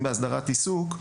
בהסדרת עיסוק,